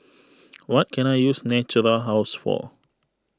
what can I use Natura House for